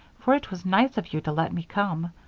for it was nice of you to let me come.